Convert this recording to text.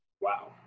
Wow